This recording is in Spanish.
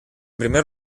primer